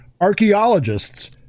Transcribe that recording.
Archaeologists